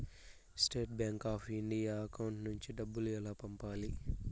State bank of India account నుంచి డబ్బులు ఎలా పంపాలి?